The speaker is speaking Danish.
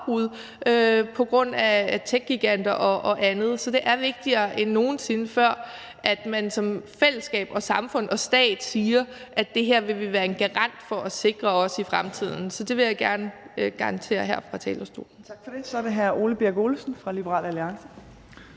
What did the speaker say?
på grund af techgiganter og andet. Så det er vigtigere end nogen sinde før, at man som fællesskab og samfund og stat siger, at det her vil vi være en garant for at sikre også i fremtiden. Så det vil jeg gerne garantere her fra talerstolen.